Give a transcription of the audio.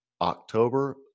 October